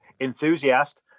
enthusiast